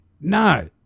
no